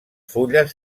fulles